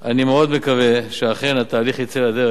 אני מאוד מקווה שאכן התהליך יצא לדרך